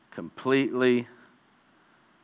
completely